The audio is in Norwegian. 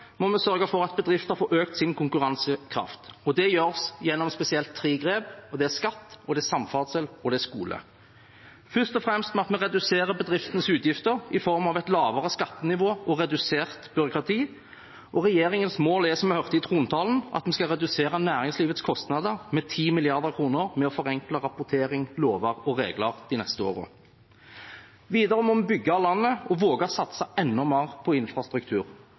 må vi sørge for at bedrifter får økt sin konkurransekraft, og det gjøres gjennom spesielt tre grep: Det er skatt, det er samferdsel, og det er skole. Men først og fremst må vi redusere bedriftenes utgifter i form av et lavere skattenivå og redusert byråkrati. Regjeringens mål er, som vi hørte i trontalen, at vi skal redusere næringslivets kostnader med 10 mrd. kr ved å forenkle rapportering, lover og regler de neste årene. Videre må vi bygge landet og våge å satse enda mer på infrastruktur.